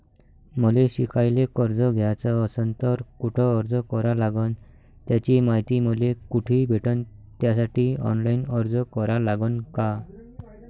मले शिकायले कर्ज घ्याच असन तर कुठ अर्ज करा लागन त्याची मायती मले कुठी भेटन त्यासाठी ऑनलाईन अर्ज करा लागन का?